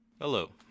Hello